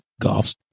golf